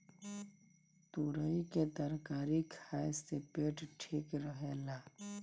तुरई के तरकारी खाए से पेट ठीक रहेला